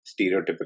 stereotypical